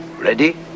ready